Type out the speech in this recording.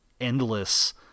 endless